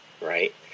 right